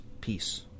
peace